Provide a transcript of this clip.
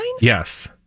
Yes